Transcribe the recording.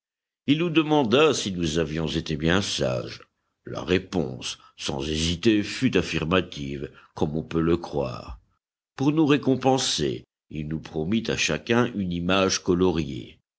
il nous demanda si nous avions été bien sages la réponse sans hésiter fut affirmative comme on peut le croire pour nous récompenser il nous promit à chacun une image coloriée